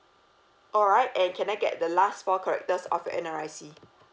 alright and can I get the last four characters of your N_R_I_C